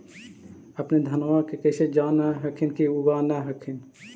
अपने धनमा के कैसे जान हखिन की उगा न हखिन?